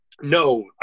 No